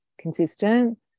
consistent